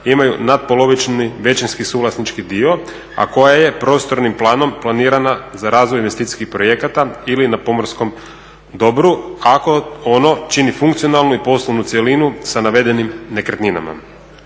imaju natpolovični većinski suvlasnički dio, a koja je prostornim planom planirana za razvoj investicijskih projekata ili na pomorskom dobru, ako ono čini funkcionalnu i poslovnu cjelinu sa navedenim nekretninama.